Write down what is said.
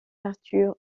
artur